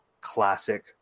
classic